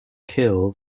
kill